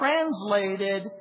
translated